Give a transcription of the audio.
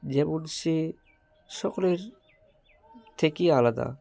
যেমন সে সকলের থেকেই আলাদা